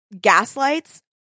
gaslights